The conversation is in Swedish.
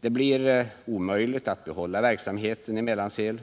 Det blir omöjligt att behålla verksamheten i Mellansel.